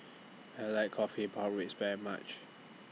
I like Coffee Pork Ribs very much